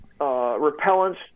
repellents